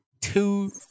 two